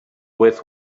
with